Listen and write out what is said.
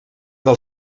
del